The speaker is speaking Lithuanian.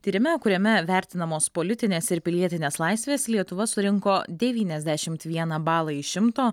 tyrime kuriame vertinamos politinės ir pilietinės laisvės lietuva surinko devyniasdešimt vieną balą iš šimto